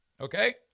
Okay